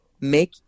make